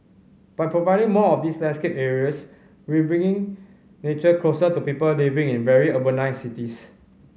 by providing more of these landscape areas we bringing nature closer to people living in a very urbanised cities